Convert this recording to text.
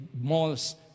malls